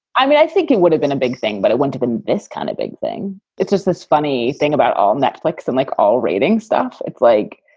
i mean, i think it would have been a big thing, but it went to this kind of big thing. it's just this funny thing about all netflix and like all ratings stuff, it's like,